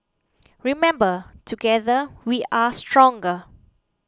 remember together we are stronger